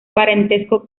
parentesco